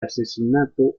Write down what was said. asesinato